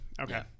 okay